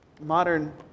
modern